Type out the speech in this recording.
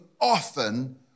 often